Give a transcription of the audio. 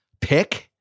pick